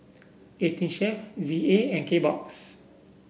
Eighteen Chef Z A and Kbox